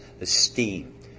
Esteem